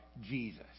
Jesus